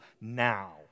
Now